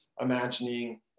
imagining